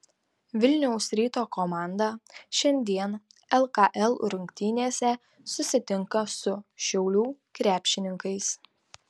vilniaus ryto komanda šiandien lkl rungtynėse susitinka su šiaulių krepšininkais